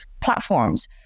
platforms